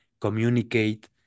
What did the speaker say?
communicate